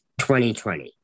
2020